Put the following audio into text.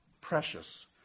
precious